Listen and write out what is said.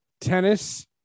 tennis